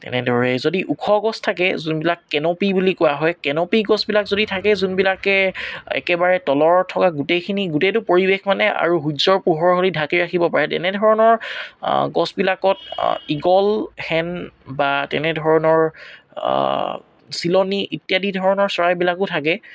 তেনেদৰেই যদি ওখ গছ থাকে যোনবিলাক কেনপি বুলি কোৱা হয় কেনপি গছবিলাক যদি থাকে যোনবিলাকে একেবাৰে তলৰ থকা গোটেইখিনি গোটেইটো পৰিৱেশ মানে আৰু সূৰ্যৰ পোহৰ আদি ঢাকি ৰাখিব পাৰে তেনেধৰণৰ গছবিলাকত ঈগল শেন বা তেনেধৰণৰ চিলনী ইত্যাদি ধৰণৰ চৰাইবিলাকো থাকে